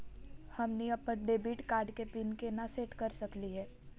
हमनी अपन debit card के पीन केना सेट कर सकली हे?